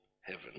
heaven